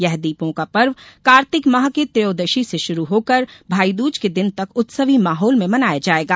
यह दीपों का पर्व कार्तिक माह की त्रयोदशी से शुरु होकर भाईदूज के दिन तक उत्सवी माहौल में मनाया जाएगा